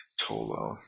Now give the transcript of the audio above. Tolo